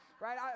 Right